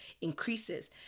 increases